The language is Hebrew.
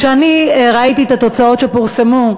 כשראיתי את התוצאות שפורסמו,